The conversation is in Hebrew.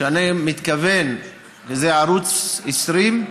שאני מתכוון, זה ערוץ 20,